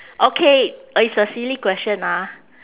okay it's a silly question ah